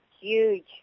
huge